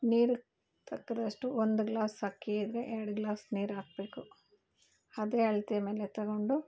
ನೀರಿಗೆ ತಕ್ಕಷ್ಟು ಒಂದು ಗ್ಲಾಸ್ ಅಕ್ಕಿ ಇದ್ರೆ ಎರ್ಡು ಗ್ಲಾಸ್ ನೀರಾಕ್ಬೇಕು ಅದೇ ಅಳತೆ ಮೇಲೆ ತೊಗೊಂಡು